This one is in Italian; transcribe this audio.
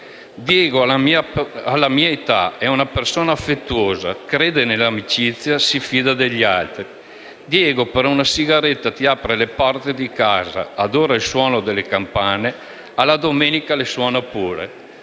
Diego ha la mia età, è una persona affettuosa, crede nell'amicizia, si fida degli altri. Diego per una sigaretta ti apre le porte di casa, adora il suono delle campane, alla domenica le suona pure.